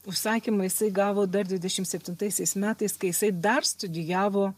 užsakymą jisai gavo dar dvidešimt septintaisiais metais kai jisai dar studijavo